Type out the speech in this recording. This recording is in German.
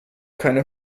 keine